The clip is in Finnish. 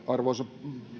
arvoisa